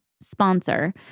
sponsor